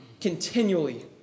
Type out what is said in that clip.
continually